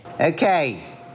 Okay